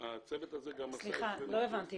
הצוות הזה גם עשה --- סליחה, לא הבנתי.